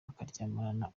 akaryamana